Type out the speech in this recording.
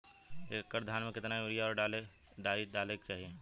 एक एकड़ धान में कितना यूरिया और डाई डाले के चाही?